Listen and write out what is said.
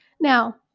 Now